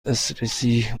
دسترسی